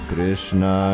Krishna